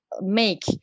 make